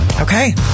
Okay